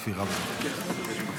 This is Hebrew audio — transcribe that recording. ספירה, בבקשה.